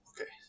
Okay